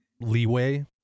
leeway